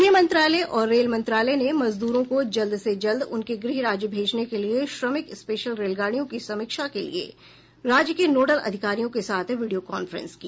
गृह मंत्रालय और रेल मंत्रालय ने मजदूरों को जल्द से जल्द उनके गृह राज्य भेजने के लिए श्रमिक स्पेशल रेलगाड़ियों की समीक्षा के लिए राज्य के नोडल अधिकारियों के साथ वीडियो कांफ्रेंस की